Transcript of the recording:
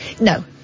no